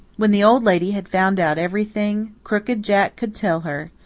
when the old lady had found out everything crooked jack could tell her,